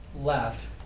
left